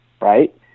right